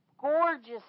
Gorgeous